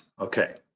Okay